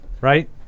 right